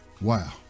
Wow